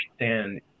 understand